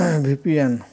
V P N